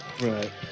Right